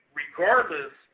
regardless